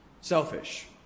selfish